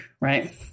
Right